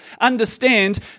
understand